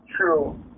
true